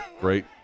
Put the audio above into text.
Great